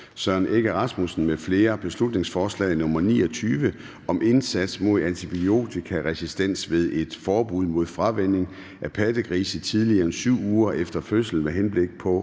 nr. B 29 (Forslag til folketingsbeslutning om indsats mod antibiotikaresistens ved et forbud mod fravænning af pattegrise tidligere end 7 uger efter fødsel med henblik på